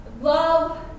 Love